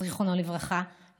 זיכרונו לברכה,